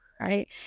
right